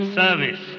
service